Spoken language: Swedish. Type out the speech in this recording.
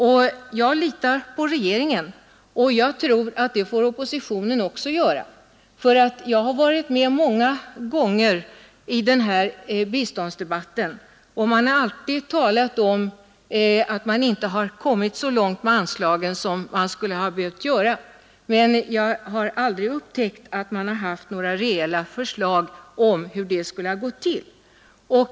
Därvidlag litar jag på regeringen, och jag tror att även oppositionen får göra det. Jag har många gånger deltagit i biståndsdebatterna, och det har då alltid talats om att vi inte kommit så långt när det gäller anslag som vi borde ha kunnat göra. Jag har emellertid aldrig upptäckt att några reella förslag framförts från oppositionen om hur det skulle ha gått till.